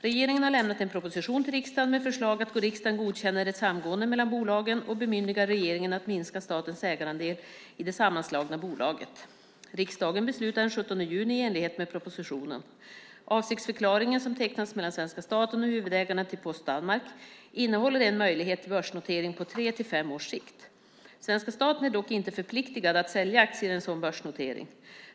Regeringen har lämnat en proposition till riksdagen med förslag att riksdagen godkänner ett samgående mellan bolagen och bemyndigar regeringen att minska statens ägarandel i det sammanslagna bolaget. Riksdagen beslutade den 17 juni i enlighet med propositionen. Avsiktsförklaringen som tecknats mellan svenska staten och huvudägarna till Post Danmark innehåller en möjlighet till en börsnotering på tre till fem års sikt. Svenska staten är dock inte förpliktad att sälja aktier i en sådan börsnotering.